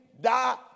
die